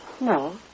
No